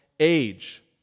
age